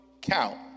count